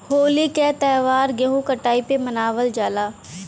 होली क त्यौहार गेंहू कटाई पे मनावल जाला